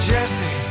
Jesse